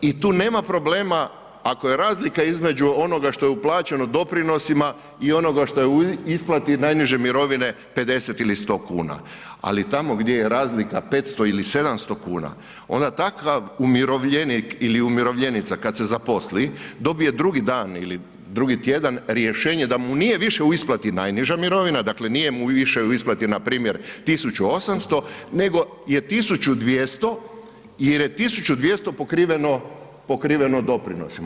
I tu nema problema ako je razlika između onoga što je uplaćeno doprinosima i onoga što je u isplati najniže mirovine 50 ili 100 kuna, ali tamo gdje je razlika 500 ili 700 kuna onda takav umirovljenik ili umirovljenica kad se zaposli dobije drugi dan ili drugi tjedan rješenje da mu nije više u isplati najniža mirovina, dakle nije mu više u isplati npr. 1.800 nego je 1.200 jer je 1.200 pokriveno doprinosima.